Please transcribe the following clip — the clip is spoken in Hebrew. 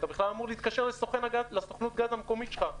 אתה בכלל אמור להתקשר לסוכנות גז המקומית שלך,